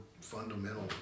fundamental